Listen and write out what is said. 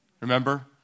Remember